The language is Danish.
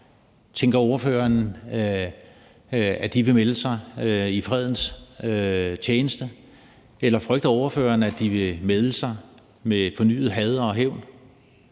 brødre, deres fætre vil melde sig i fredens tjeneste, eller frygter ordføreren, at de vil melde sig med fornyet had og hævn?